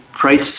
price